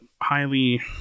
highly